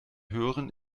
hören